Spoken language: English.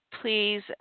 please